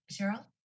Cheryl